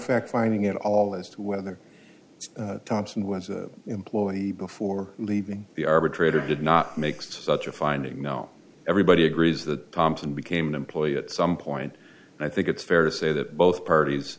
facts lining at all as to whether thompson was an employee before leaving the arbitrator did not make such a finding now everybody agrees that thompson became an employee at some point i think it's fair to say that both parties